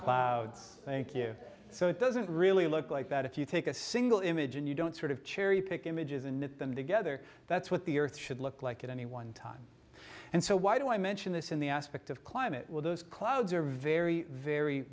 space thank you so it doesn't really look like that if you take a single image and you don't sort of cherry pick images and them together that's what the earth should look like at any one time and so why do i mention this in the aspect of climate will those clouds are very very